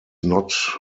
not